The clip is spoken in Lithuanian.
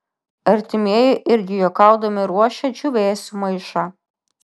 artimieji irgi juokaudami ruošia džiūvėsių maišą